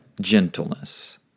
gentleness